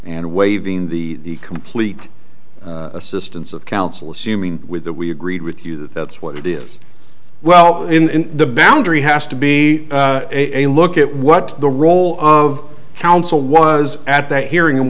and waiving the complete assistance of counsel assuming with that we agreed with you that that's what it is well in the boundary has to be a look at what the role of counsel was at that hearing and